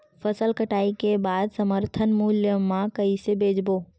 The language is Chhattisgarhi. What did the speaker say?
फसल कटाई के बाद समर्थन मूल्य मा कइसे बेचबो?